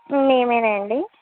మేమేనా అండి